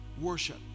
worship